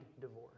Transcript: divorce